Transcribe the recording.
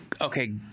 Okay